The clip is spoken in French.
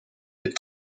des